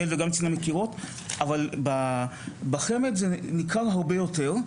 אבל בחמ"ד זה ניכר הרבה יותר.